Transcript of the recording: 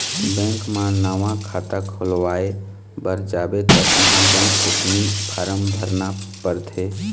bank म नवा खाता खोलवाए बर जाबे त उहाँ बेंक ओपनिंग फारम भरना परथे